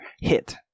hit